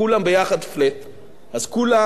אז כולם נהנים מזה,